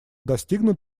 достигнут